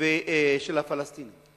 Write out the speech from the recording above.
של הפלסטינים.